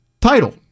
title